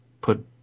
put